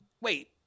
wait